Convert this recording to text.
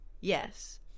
Yes